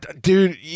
dude